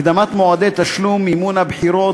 הקדמת מועדי תשלום מימון הבחירות,